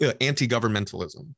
anti-governmentalism